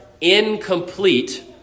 incomplete